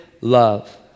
love